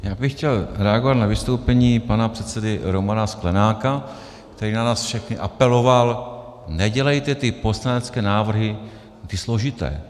Já bych chtěl reagovat na vystoupení pana předsedy Romana Sklenáka, který na nás všechny apeloval: Nedělejte ty poslanecké návrhy ty složité.